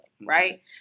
Right